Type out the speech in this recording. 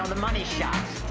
the money shots.